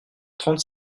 trente